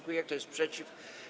Kto jest przeciw?